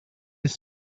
his